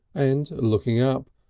and looking up,